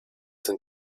sind